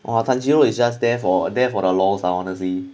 !wah! tanjiro is just there for there for the loss ah honestly